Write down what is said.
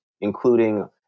including